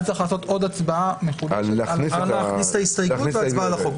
אז צריך לעשות עוד הצבעה על להכניס את ההסתייגות והצבעה על החוק.